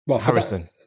Harrison